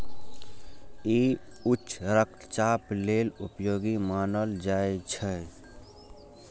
ई उच्च रक्तचाप लेल उपयोगी मानल जाइ छै